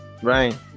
Right